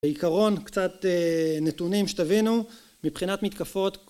בעיקרון קצת נתונים שתבינו מבחינת מתקפות...